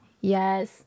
Yes